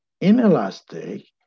inelastic